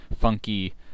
funky